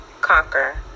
conquer